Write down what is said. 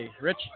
Rich